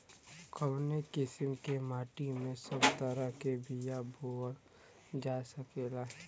कवने किसीम के माटी में सब तरह के बिया बोवल जा सकेला?